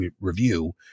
review